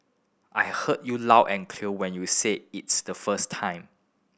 I heard you loud and clear when you said it's the first time